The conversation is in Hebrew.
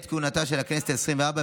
בעת כהונתה של הכנסת העשרים-וארבע,